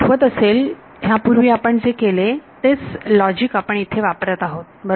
तुम्हाला आठवत असेल ह्यापूर्वी आपण जे केले तेच लॉजिक आपण इथे वापरत आहोत